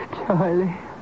Charlie